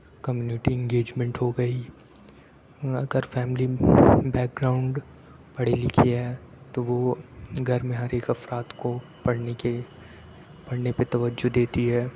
community engagement ہو گئی اگر فیملی بیک گراؤنڈ پڑھی لکھی ہے تو وہ گھر میں ہر ایک افراد کو پڑھنے کی پڑھنے پہ توجہ دیتی ہے